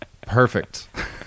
Perfect